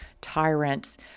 tyrants